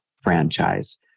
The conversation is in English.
franchise